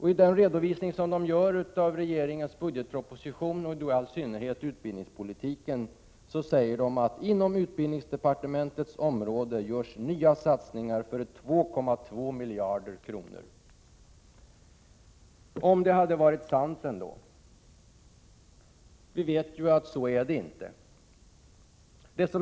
I redovisningen av regeringens budgetproposition, och i all synnerhet av utbildningspolitiken, sägs att nya satsningar för 2,2 miljarder kronor nu görs inom utbildningsdepartementets område. Om det ändå hade varit sant. Vi vet ju att det inte är så.